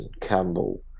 Campbell